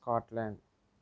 Scotland